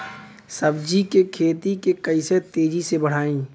सब्जी के खेती के कइसे तेजी से बढ़ाई?